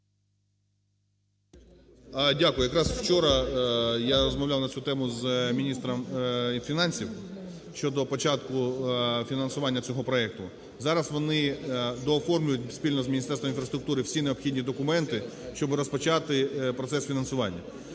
Дякую. Якраз вчора я розмовляв на цю тему з міністром фінансів. Щодо початку фінансування цього проекту. Зараз вони дооформлюють спільно з Міністерством інфраструктури всі необхідні документи, щоби розпочати процес фінансування.